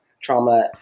trauma